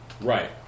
Right